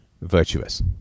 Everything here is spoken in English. virtuous